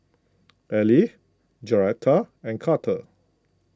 Ally Joretta and Carter